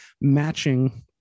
matching